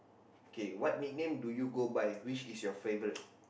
okay what nickname do you go by which is your favourite